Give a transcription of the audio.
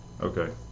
Okay